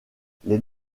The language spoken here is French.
les